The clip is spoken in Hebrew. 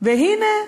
והנה,